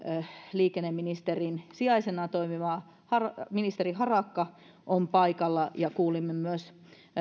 liikenneministerin sijaisena toimiva ministeri harakka on paikalla ja kuulimme myös